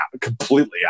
completely